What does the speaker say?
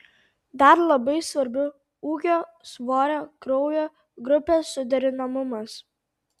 dar labai svarbu ūgio svorio kraujo grupės suderinamumas